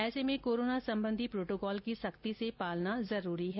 ऐसे में कोरोना संबंधी प्रोटोकॉल की सख्ती से पालना जरूरी है